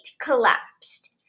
collapsed